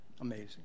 amazing